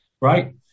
right